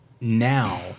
now